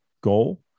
goal